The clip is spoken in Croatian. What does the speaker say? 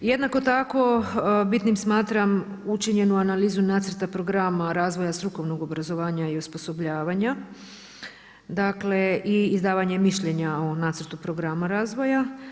Jednako tako, bitnim smatram učinjenu analizu nacrta programa razvoja strukovnog obrazovanja i osposobljavanja, dakle i izdavanje mišljenja o nacrtu programa razvoja.